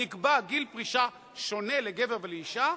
נקבע גיל פרישה שונה לגבר ולאשה,